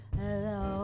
hello